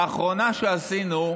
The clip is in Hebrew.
האחרונה שעשינו,